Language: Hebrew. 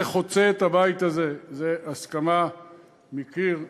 זה חוצה את הבית הזה, זו הסכמה מקיר לקיר.